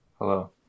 Hello